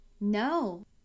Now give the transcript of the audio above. No